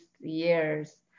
years